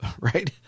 right